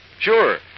Sure